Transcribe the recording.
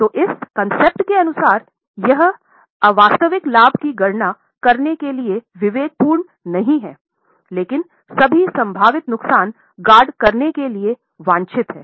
तो इस अवधारणा के अनुसार यह अवास्तविक लाभ की गणना करने के लिए विवेकपूर्ण नहीं है लेकिन सभी संभावित नुकसान गार्ड करने के लिए वांछित है